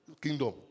Kingdom